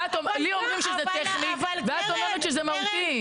כי לי אומרים שזה טכני, ואת אומרת שזה מהותי.